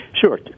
Sure